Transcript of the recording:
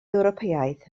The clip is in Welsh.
ewropeaidd